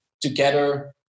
together